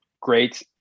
great